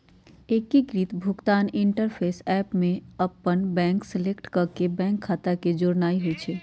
एकीकृत भुगतान interface app में अप्पन बैंक सेलेक्ट क के बैंक खता के जोड़नाइ होइ छइ